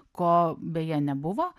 ko beje nebuvo